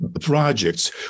projects